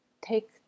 take